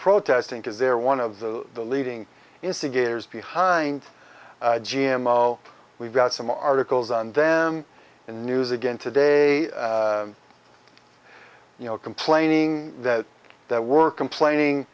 protesting because they're one of the leading instigators behind g m o we've got some articles on them in the news again today you know complaining that there were complaining